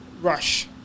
Rush